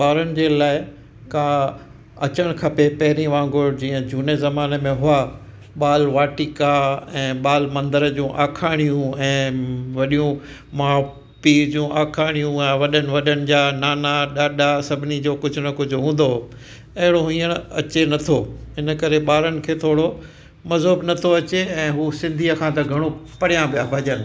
ॿारनि जे लाइ का अचणु खपे पहिरीं वागुंरु जीअं झूने ज़माने में हुआ बाल वाटिका ऐं बाल मंदरु जूं अखाणियूं ऐं वॾियूं माउ पीउ जूं अखाणियूं वॾनि वॾनि जा नाना ॾाॾा सभिनी जो कुझु न कुझु हूंदो अहिड़ो हीअंर अचे नथो इन करे ॿारनि खे थोरो मज़ो बि नथो अचे ऐं हू सिंधीअ खां त घणो परियां पिया भॼण